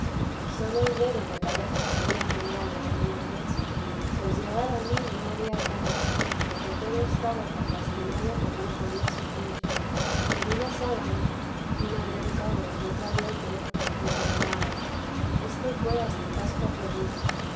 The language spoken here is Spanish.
sólo un dedo me parece podía menear de la mano derecha p llegar a mí no había cómo porque todo estaba tan i mado que no lo podía sufrir en una sábana una de cabo y otra de otro me meneaban esto fué hasta pascua florida